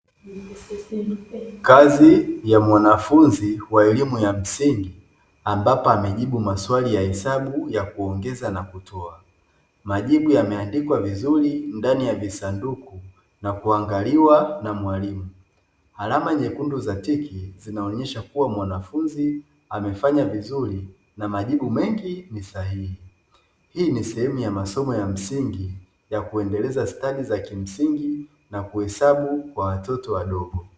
Kazi ya mwanafunzi wa elimu ya msingi ambapo amejibu maswali ya hesabu ya kuongeza na kutoa. Majibu yameandikwa vizuri ndani ya visanduku na kuangaliwa na mwalimu. Alama nyekundu za tiki zinaonesha kuwa mwanafunzi amefanya vizuri na majibu mengi ni sahihi. Hii ni sehemu za msingi ya kuendeleza stadi za kimsingi na kuhesabu kwa watoto wadogo.